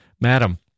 Madam